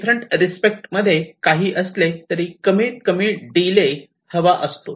different respect मध्ये काहीही असले तरी कमीत कमी डीले हवा असतो